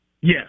Yes